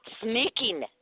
sneaking